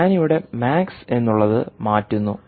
ഞാനിവിടെ മാക്സ് എന്നുള്ളത് മാറ്റുന്നു